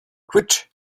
quit